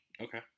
Okay